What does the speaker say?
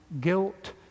guilt